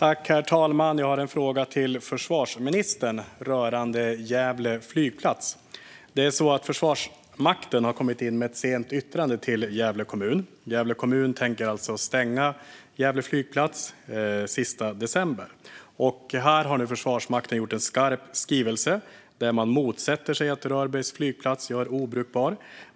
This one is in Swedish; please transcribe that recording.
Herr talman! Jag har en fråga till försvarsministern rörande Gävle flygplats. Försvarsmakten har kommit in med ett sent yttrande till Gävle kommun. Gävle kommun tänker stänga Gävle flygplats den sista december. Försvarsmakten har lagt fram en skarp skrivelse där man motsätter sig att Rörbergs flygplats görs obrukbar.